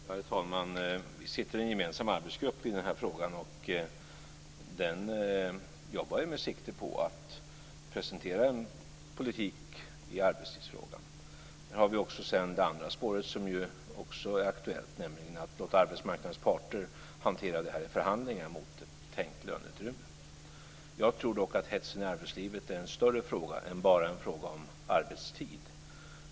Herr talman! Vi sitter i en gemensam arbetsgrupp i den här frågan, och den jobbar med sikte på att presentera en politik i arbetstidsfrågan. Sedan har vi det andra spår som också är aktuellt, nämligen att låta arbetsmarknadens parter hantera det här i förhandlingar mot ett tänkt löneutrymme. Jag tror dock att hetsen i arbetslivet är en större fråga än bara en fråga om arbetstid.